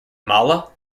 mala